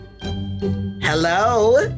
Hello